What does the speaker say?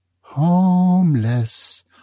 homeless